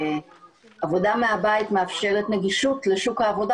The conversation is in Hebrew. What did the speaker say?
שעבודה מהבית מאפשרת נגישות לשוק העבודה